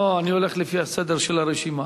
לא, אני הולך לפי הסדר של הרשימה.